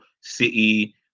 City